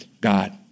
God